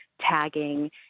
tagging